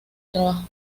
trabajo